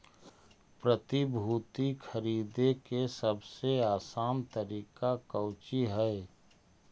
प्रतिभूति खरीदे के सबसे आसान तरीका कउची हइ